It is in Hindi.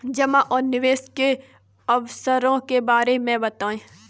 जमा और निवेश के अवसरों के बारे में बताएँ?